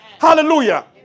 Hallelujah